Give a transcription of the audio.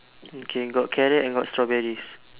okay got carrot and got strawberries